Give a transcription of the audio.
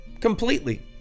completely